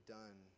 done